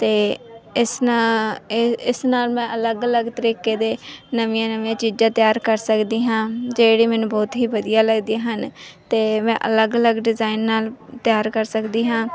ਅਤੇ ਇਸ ਨਾ ਇਹ ਇਸ ਨਾਲ ਮੈਂ ਅਲੱਗ ਅਲੱਗ ਤਰੀਕੇ ਦੇ ਨਵੀਆਂ ਨਵੀਆਂ ਚੀਜ਼ਾਂ ਤਿਆਰ ਕਰ ਸਕਦੀ ਹਾਂ ਜਿਹੜੀਆਂ ਮੈਨੂੰ ਬਹੁਤ ਹੀ ਵਧੀਆ ਲੱਗਦੀਆਂ ਹਨ ਅਤੇ ਮੈਂ ਅਲੱਗ ਅਲੱਗ ਡਿਜ਼ਾਇਨ ਨਾਲ ਤਿਆਰ ਕਰ ਸਕਦੀ ਹਾਂ